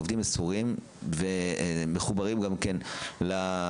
מדובר בעובדים מסורים ומחוברים למטופלים,